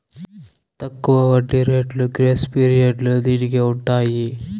తక్కువ వడ్డీ రేట్లు గ్రేస్ పీరియడ్లు దీనికి ఉంటాయి